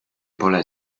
pole